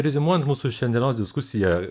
reziumuojant mūsų šiandienos diskusija